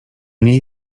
niej